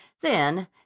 Then